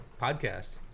Podcast